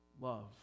love